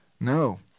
No